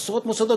עשרות מוסדות,